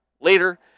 later